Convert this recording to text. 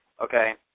Okay